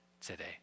today